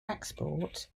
export